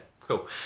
cool